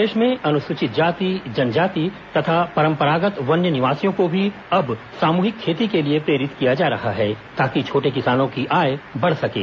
प्रदेश में अनुसूचित जाति जनजाति तथा परंपरागत वन्य निवासियों को भी अब सामुहिक खेती के लिए प्रेरित किया जा रहा है ताकि छोटे किसानों की आय बढ़ सकें